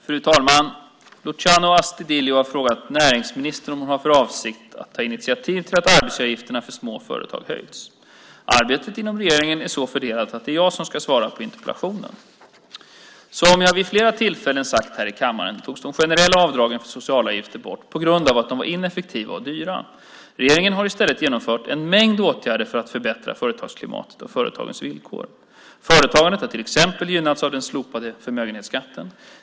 Fru talman! Luciano Astudillo har frågat näringsministern om hon har för avsikt att ta initiativ till att arbetsgivaravgifterna för små företag höjs. Arbetet inom regeringen är så fördelat att det är jag som ska svara på interpellationen. Som jag vid flera tillfällen har sagt här i kammaren togs de generella avdragen för socialavgifter bort på grund av att de var ineffektiva och dyra. Regeringen har i stället vidtagit en mängd åtgärder för att förbättra företagsklimatet och företagens villkor. Företagandet har till exempel gynnats av den slopade förmögenhetsskatten.